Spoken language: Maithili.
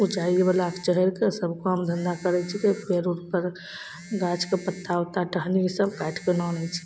उँचाइवला चढ़िके सब काम धन्धा करै छिकै पेड़ उड़पर गाछके पत्ता उत्ता टहनी ईसब काटिके आनै छै